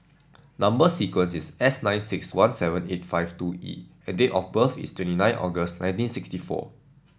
number sequence is S nine six one seven eight five two E and date of birth is twenty nine August nineteen sixty four